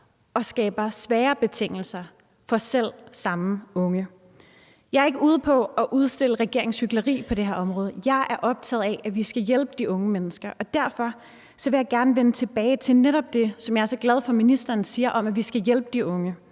og skaber sværere betingelser for selv samme unge. Jeg er ikke ude på at udstille regeringens hykleri på det her område, men jeg er optaget af, at vi skal hjælpe de unge mennesker, og derfor vil jeg gerne vende tilbage til netop det, som jeg er så glad for at ministeren siger om at vi skal hjælpe de unge.